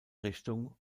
richtung